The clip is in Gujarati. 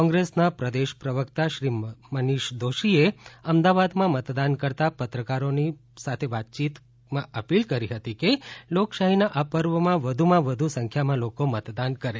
કોંગ્રેસના પ્રદેશ પ્રવકતા શ્રી મનીષ દોશીએ અમદાવાદમાં મતદાન કરતાં પત્રકારોની વાતયીતમાં અપીલ કરી હતી કે લોકશાહીના આ પર્વમાં વધુમાં વધુ સંખ્યામાં લોકો મતદાન કરે